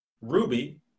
Ruby